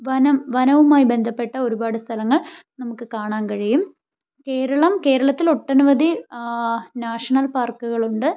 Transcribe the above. വനം വനവുമായി ബന്ധപ്പെട്ട ഒരുപാട് സ്ഥലങ്ങൾ നമുക്ക് കാണാൻ കഴിയും കേരളം കേരളത്തിൽ ഒട്ടനവധി നാഷണൽ പാർക്കുകളുണ്ട്